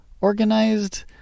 organized